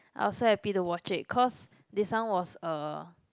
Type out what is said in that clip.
I was so happy to watch it cause this one was uh